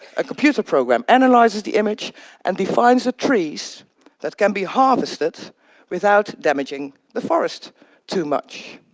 a computer program analyzes the image and defines the trees that can be harvested without damaging the forest too much.